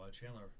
Chandler